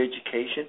education